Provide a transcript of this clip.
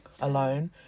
alone